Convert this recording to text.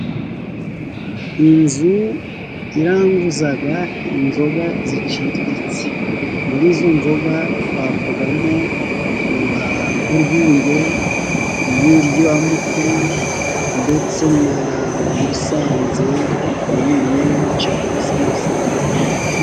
Inzu iranguza inzoga ziciriritse, muri izo nzoga twavugamo nk'urwunge, n'iryamukuru ndetse na Musanze wayini cyangwa se Musanze nyirizina.